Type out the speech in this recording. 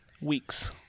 weeks